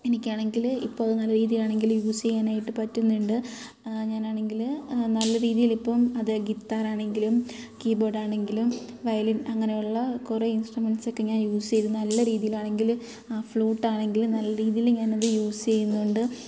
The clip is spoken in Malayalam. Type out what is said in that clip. എനിക്ക് ആണെങ്കിൽ ഇപ്പോൾ അത് നല്ല രീതിയിൽ ആണെങ്കിൽ യൂസെയ്യാനായിട്ട് പറ്റുന്നുണ്ട് ഞാനാണെങ്കിൽ നല്ല രീതിയിൽ ഇപ്പോൾ അതെ ഗിത്താറാണെങ്കിലും കീബോർഡാണെങ്കിലും വയലിൻ അങ്ങനെയുള്ള കുറെ ഇൻസ്ട്രുമെൻറ്സൊക്കെ ഞാൻ യൂസ് ചെയ്ത് നല്ലരീതിയിൽ ആണെങ്കിൽ ആ ഫ്ലൂട്ടാണെങ്കിൽ നല്ല രീതിയിൽ ഞാനത് യൂസെയ്യുന്നുണ്ട്